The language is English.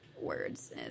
words